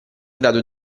grado